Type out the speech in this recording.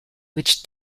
which